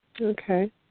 Okay